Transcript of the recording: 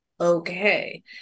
Okay